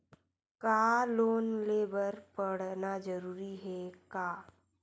का लोन ले बर पढ़ना जरूरी हे का?